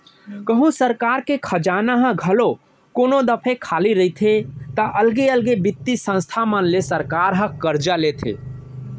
कहूँ सरकार के खजाना ह घलौ कोनो दफे खाली रहिथे ता अलगे अलगे बित्तीय संस्था मन ले सरकार ह करजा लेथे